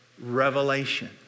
revelation